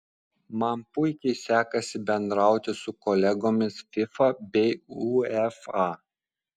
man puikiai sekasi bendrauti su kolegomis fifa bei uefa